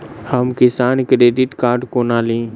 हम Kisan credit card कोना ली?